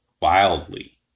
wildly